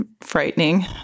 frightening